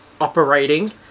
operating